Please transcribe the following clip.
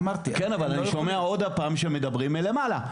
אני שומע עוד פעם שמדברים מלמעלה.